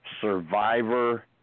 Survivor